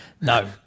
No